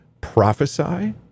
prophesy